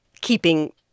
keeping